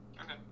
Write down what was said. Okay